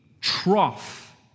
trough